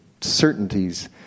certainties